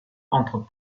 entre